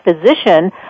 physician